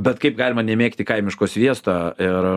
bet kaip galima nemėgti kaimiško sviesto ir